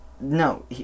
no